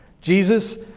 Jesus